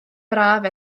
braf